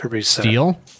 Steel